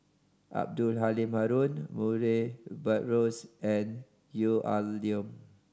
Abdul Halim Haron Murray Buttrose and Gwee Ah Leng